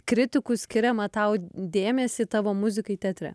kritikų skiriamą tau dėmesį tavo muzikai teatre